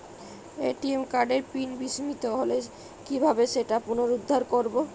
ATM কার্ডের PIN বিস্মৃত হলে কীভাবে সেটা পুনরূদ্ধার করব?